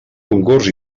concurs